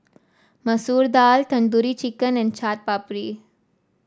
Masoor Dal Tandoori Chicken and Chaat Papri